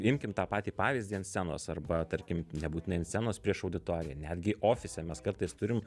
imkim tą patį pavyzdį ant scenos arba tarkim nebūtinai ant scenos prieš auditoriją netgi ofise mes kartais turim